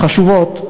חשובות,